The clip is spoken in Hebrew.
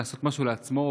לעשות משהו לעצמו,